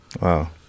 Wow